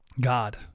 God